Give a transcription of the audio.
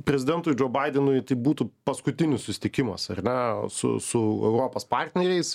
prezidentui džo baidenui tai būtų paskutinis susitikimas ar ne su su europos partneriais